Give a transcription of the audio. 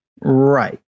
Right